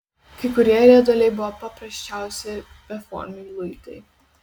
kai kurie rieduliai buvo paprasčiausi beformiai luitai